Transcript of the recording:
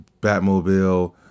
batmobile